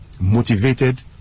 motivated